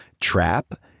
trap